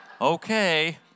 okay